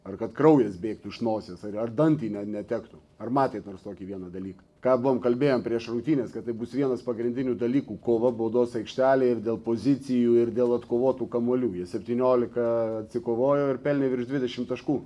ar kad kraujas bėgtų iš nosies ar dantį ne netektų ar matėt nors tokį vieną dalyką ką buvom kalbėjom prieš rungtynes kad tai bus vienas pagrindinių dalykų kova baudos aikštelėje ir dėl pozicijų ir dėl atkovotų kamuolių jie septyniolika atsikovojo ir pelnė virš dvidešimt taškų